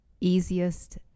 easiest